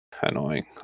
annoying